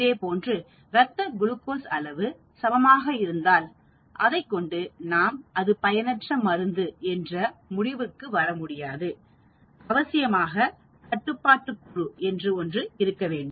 இதேபோன்று ரத்த குளுக்கோஸ் அளவு சமமாக இருந்தால் அதைக்கொண்டு நாம் அது பயனற்ற மருந்து என்ற முடிவுக்கு வரமுடியாது அவசியமாக கட்டுப்பாட்டு குழு இருக்க வேண்டும்